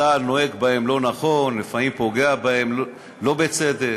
צה"ל נוהג בהם לא נכון, לפעמים פוגע בהם לא בצדק.